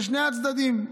שני הצדדים.